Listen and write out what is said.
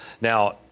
Now